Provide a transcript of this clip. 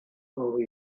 over